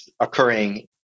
occurring